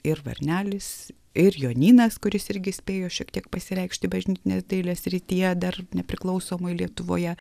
ir varnelis ir jonynas kuris irgi spėjo šiek tiek pasireikšti bažnytinės dailės srityje dar nepriklausomoj lietuvoje